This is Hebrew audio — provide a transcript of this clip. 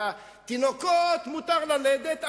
תינוקות מותר ללדת,